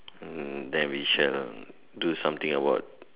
hmm then we share uh do something about